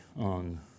on